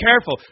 careful